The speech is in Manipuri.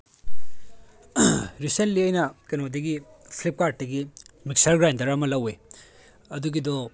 ꯔꯤꯁꯦꯟꯂꯤ ꯑꯩꯅ ꯀꯩꯅꯣꯗꯒꯤ ꯐ꯭ꯂꯤꯞꯀꯥꯔꯠꯇꯒꯤ ꯃꯤꯛꯆꯔ ꯒ꯭ꯔꯥꯏꯟꯗꯔ ꯑꯃ ꯂꯧꯋꯦ ꯑꯗꯨꯒꯤꯗꯣ